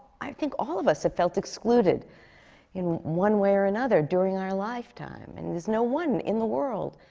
i think all of us have felt excluded in one way or another during our lifetime. and there's no one in the world,